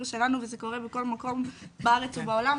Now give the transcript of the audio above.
שלנו וזה קורה בכל מקום בארץ ובעולם,